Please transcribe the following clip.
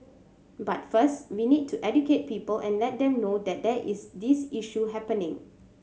but first we need to educate people and let them know that there is this issue happening